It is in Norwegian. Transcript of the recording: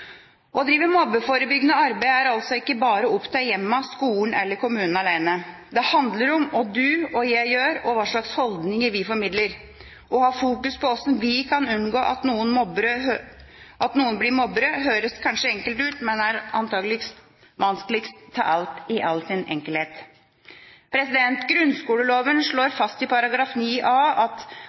Å drive mobbeforebyggende arbeid er altså ikke bare opp til hjemmene, skolen eller kommunene alene. Det handler om hva du og jeg gjør og hva slags holdninger vi formidler. Å ha fokus på hvordan vi kan unngå at noen blir mobbere, høres kanskje enkelt ut, men er antakelig vanskeligst av alt – i all sin enkelhet. Grunnskoleloven slår fast i